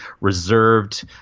reserved